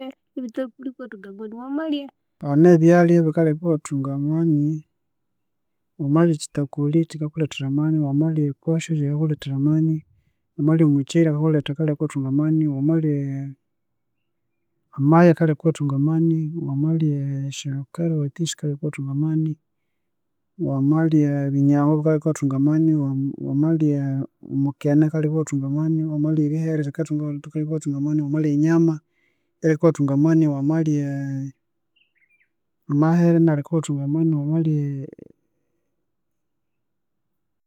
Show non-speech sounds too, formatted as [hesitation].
[noise] ahane ebyalya ebikaleka iwathunga amani, wamalya ekyithakuli kyikakulethera amani, wamalya e posho yikakulethera amani wamalya omukyeri akakulethera akaleka iwathunga amani, wamalya [hesitation] amaya akaleka iwathunga amani, wamalya esyacarrot sikaleka iwathunga amani, wamalya ebinyangwa bikaleka iwathunga amani, wama wmalya omukene akaleka iwathunga amani, wamalya erihere rikathunga rikaleka iwathunga amani, wamalya enyama yikaleka iwathunga amani, wamalya emahere akanaleka iwathunga amani, wamalya [hesitation]